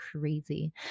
Crazy